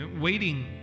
Waiting